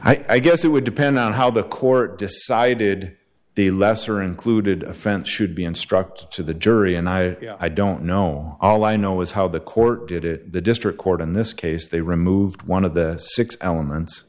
i guess it would depend on how the court decided the lesser included offense should be instructed to the jury and i you know i don't know all i know is how the court did it the district court in this case they removed one of the six elements